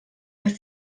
dass